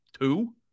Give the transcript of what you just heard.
Two